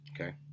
Okay